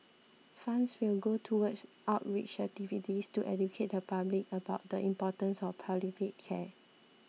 funds will go towards outreach activities to educate the public about the importance of palliative care